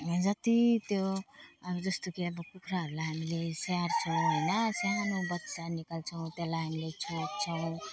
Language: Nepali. जति त्यो अब जस्तो कि अब कुखुराहरूलाई हामीले स्याहार्छौँ होइन सानो बच्चा निकाल्छौँ त्यसलाई हामीले छोप्छौँ